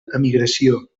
emigració